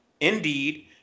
Indeed